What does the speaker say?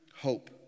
hope